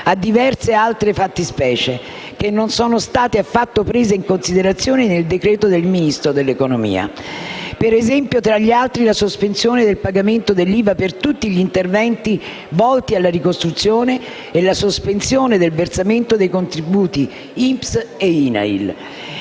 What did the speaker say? a diverse altre fattispecie, che non sono state affatto prese in considerazione nel decreto del Ministro dell'economia. Per esempio, tra gli altri, la sospensione del pagamento dell'IVA per tutti gli interventi volti alla ricostruzione e la sospensione del versamento dei contributi INPS e INAIL.